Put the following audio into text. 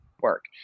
work